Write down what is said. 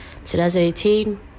2018